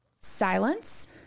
silence